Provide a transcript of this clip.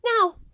Now